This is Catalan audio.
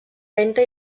lenta